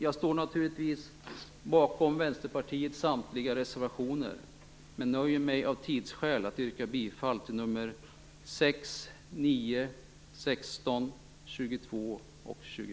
Jag står naturligtvis bakom samtliga reservationer från Vänsterpartiet, men nöjer mig av tidsskäl med att yrka bifall till reservationerna 6, 9,